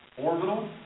Orbital